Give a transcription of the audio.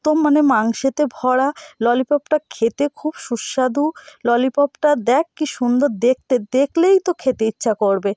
একদম মানে মাংসেতে ভরা ললিপপটা খেতে খুব সুস্বাদু ললিপপটা দেখ কী সুন্দর দেখলে দেখলেই তো খেতে ইচ্ছা করবে